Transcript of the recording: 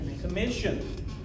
Commission